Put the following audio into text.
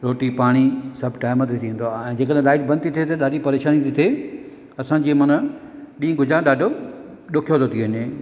रोटी पाणी सभु टाइम ते थींदो आहे ऐं जेकॾहिं लाइट बंदि थी थिए त ॾाढी परेशानी थी थिए असां जीअं माना ॾींहं गुज़ारणु ॾाढो ॾुखियो थो थी वञे